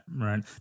right